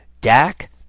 Dak